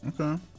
Okay